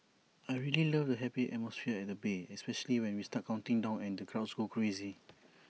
I really love the happy atmosphere at the bay especially when we start counting down and the crowds go crazy